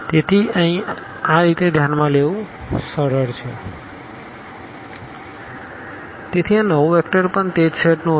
તેથી અહીં હવે આ રીતે ધ્યાનમાં લેવું સરળ છે s4t 3s t 5st 2t s1 3 5 0 t 4 1 1 2 તેથી આ નવું વેક્ટર પણ તે જ સેટ નું હશે